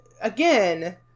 again